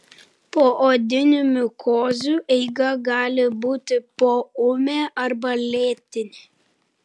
poodinių mikozių eiga gali būti poūmė arba lėtinė